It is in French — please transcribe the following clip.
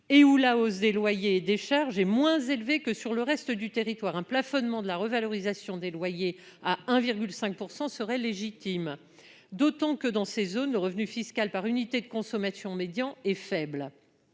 et la hausse des loyers et des charges est moins élevée que sur le reste du territoire. Un plafonnement de la revalorisation des loyers à 1,5 % y serait donc légitime, d'autant que le revenu fiscal par unité de consommation médian y est faible.